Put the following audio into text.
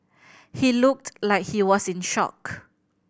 he looked like he was in shock